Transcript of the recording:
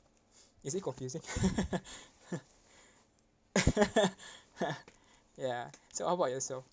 is it confusing ya so how about yourself